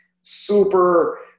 super